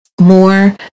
more